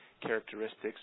characteristics